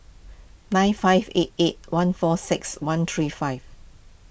nine five eight eight one four six one three five